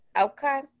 okay